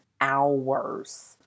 hours